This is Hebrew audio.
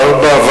בוא